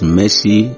mercy